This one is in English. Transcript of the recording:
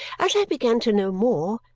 as i began to know more,